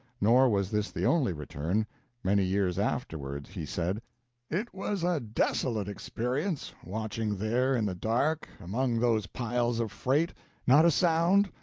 nor was this the only return many years afterward he said it was a desolate experience, watching there in the dark, among those piles of freight not a sound,